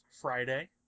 Friday